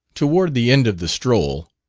toward the end of the stroll,